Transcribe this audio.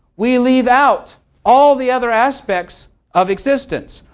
we leave out all the other aspects of existence.